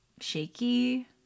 shaky